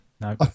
No